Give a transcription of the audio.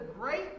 great